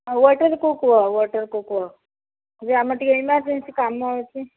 ୱେଟର୍କୁ କୁହ ୱେଟର୍କୁ କୁହ ଯେ ଆମର ଟିକେ ଇମରଜେନସି କାମ ଅଛି